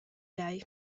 lei